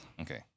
Okay